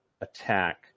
attack